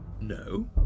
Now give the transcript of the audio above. No